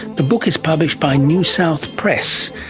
the book is published by newsouth press,